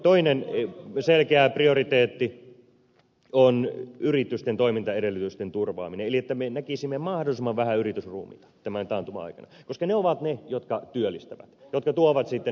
toinen selkeä prioriteetti on yritysten toimintaedellytysten turvaaminen eli se että me näkisimme mahdollisimman vähän yritysruumiita tämän taantuman aikana koska ne yritykset ovat niitä jotka työllistävät jotka tuovat sitten ne verotulot